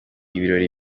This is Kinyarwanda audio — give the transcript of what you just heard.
ibirori